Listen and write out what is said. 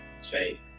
say